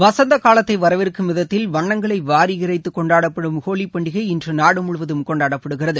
வசந்த காலத்தை வரவேற்கும் விதத்தில் வண்ணங்களை வாரி இறைத்து கொண்டாடப்படும் ஹோலிப்பண்டிகை இன்று நாடு முழுவதும் கொண்டாடப்படுகிறது